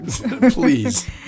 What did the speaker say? Please